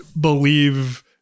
believe